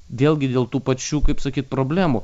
vėlgi dėl tų pačių kaip sakyt problemų